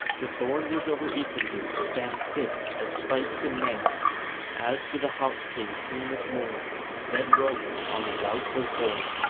the thorn-woods over ethandune stand stiff as spikes in mail as to the haut king came at morn dead roland on a doubtful horn,